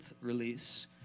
release